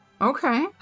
Okay